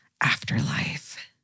afterlife